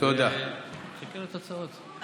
נחכה לתוצאות.